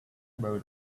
about